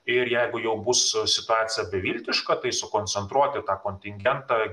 ir jeigu jau bus situacija beviltiška tai sukoncentruoti tą kontingentą